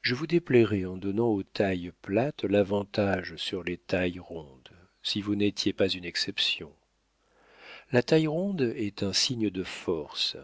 je vous déplairais en donnant aux tailles plates l'avantage sur les tailles rondes si vous n'étiez pas une exception la taille ronde est un signe de force